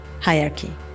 hierarchy